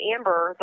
Amber